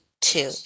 two